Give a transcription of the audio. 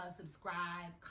subscribe